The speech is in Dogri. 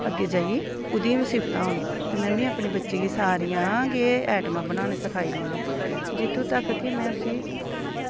अग्गें जाइयै ओह्दियां बी सिफ्तां होन कन्नै में अपने बच्चे गी सारियां गै आइटमां बनाना सखाई दियां न जित्थूं तक्क की में उसी